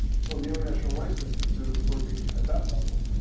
so the international rice institute is working at that level.